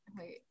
wait